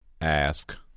Ask